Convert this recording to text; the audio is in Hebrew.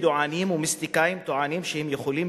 ידעונים ומיסטיקאים טוענים שהם יכולים